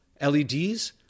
LEDs